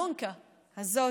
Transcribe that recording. את האלונקה הזאת,